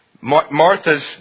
Martha's